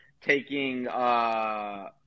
taking